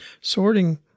Sorting